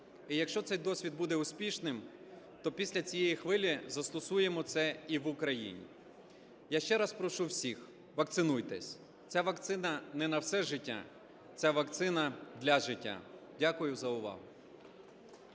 і якщо цей досвід буде успішним, то після цієї хвилі застосуємо це і в Україні. Я ще раз прошу всіх: вакцинуйтесь! Ця вакцина не на все життя, ця вакцина для життя. Дякую за увагу.